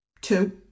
two